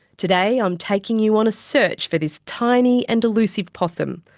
today i'm taking you on a search for this tiny and elusive possum,